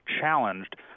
challenged